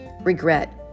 regret